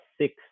six